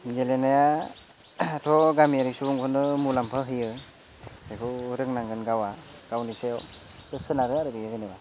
गेलेनाया थ' गामियारि सुबुंफोरनो मुलाम्फा होयो बेखौ रोंनांगोन गावआ गावनि सायावसो सोनारो आरो बेयो जेनेबा